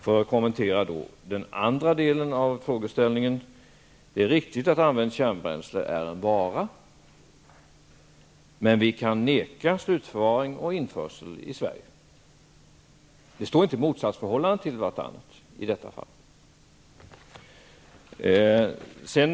För att kommentera den andra delen av frågeställningen vill jag säga att det är riktigt att använt kärnbränsle är en vara, men vi kan neka slutförvaring och införsel i Sverige. Det råder inte något motsatsförhållande i detta fall.